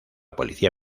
policía